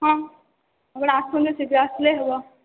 ହଁ ଆପଣ ଆସନ୍ତୁ ଶୀଘ୍ର ଆସିଲେ ହେବ